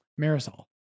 Marisol